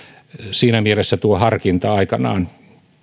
siinä mielessä tuo harkinta aikanaan